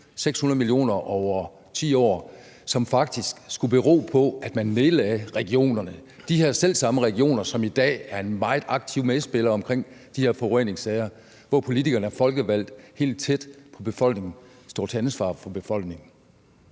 600 mio. kr. over 10 år, som faktisk skulle bero på, at man nedlagde regionerne, altså de her selv samme regioner, som i dag er en meget aktiv medspiller omkring de her forureningssager, og hvor politikerne er folkevalgt helt tæt på befolkningen og står til ansvar for befolkningen?